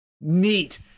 neat